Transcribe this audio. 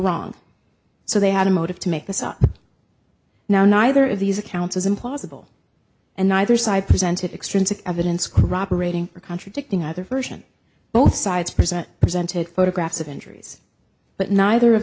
wrong so they had a motive to make this up now neither of these accounts is implausible and neither side presented extrinsic evidence corroborating or contradicting either version both sides present presented photographs of injuries but neither of